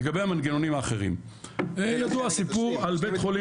לגבי המנגנונים האחרים ידוע הסיפור על בית חולים.